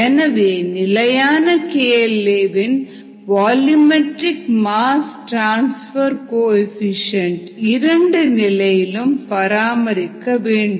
எனவே நிலையான KL aவின் வால்யூமெட்ரிக் மாஸ் டிரான்ஸ்பர் கோஎஃபீஷியேன்ட் இரண்டு நிலையிலும் பராமரிக்க வேண்டும்